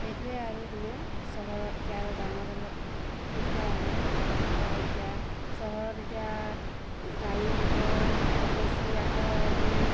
সেইটোৱেই আৰু মানে চহৰতকৈ আৰু গাঁৱত অলপ দিগদাৰ আৰু ধৰক এতিয়া চহৰত এতিয়া গাড়ী মটৰ বেছি আকৌ এবোৰ